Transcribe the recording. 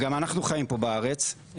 גם אנחנו חיים פה בארץ ,